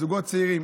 זוגות צעירים,